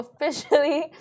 officially